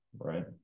right